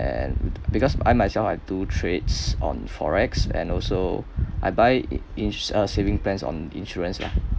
and because I myself I do trades on Forex and also I buy in~ uh saving plans on insurance lah